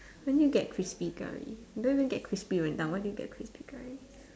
when do you get crispy curry you don't even get crispy Rendang why do you get crispy curry